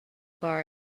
bar